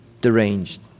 deranged